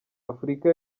afurika